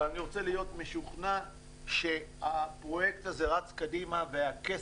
ואני רוצה להיות משוכנע שהפרויקט הזה רץ קדימה והכסף,